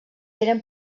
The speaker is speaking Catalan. eren